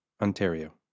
Ontario